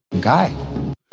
Guy